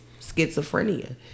schizophrenia